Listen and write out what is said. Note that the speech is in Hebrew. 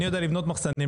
אני יודע לבנות מחסנים,